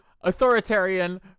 Authoritarian